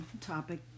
topic